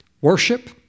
worship